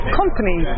company